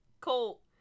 Colt